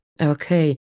Okay